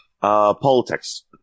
Politics